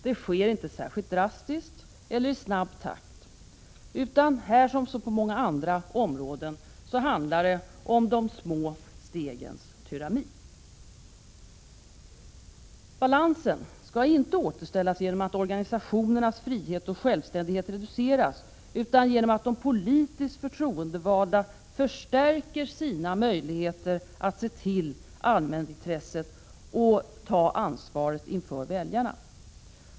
Det sker inte särskilt drastiskt eller i snabb takt, utan här som på många andra områden handlar det om de små stegens tyranni. Balansen skall inte återställas genom att organisationernas frihet och självständighet reduceras utan genom att de politiskt förtroendevalda förstärker sina möjligheter att se till allmänintresset och ta ansvar inför väljarna.